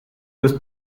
was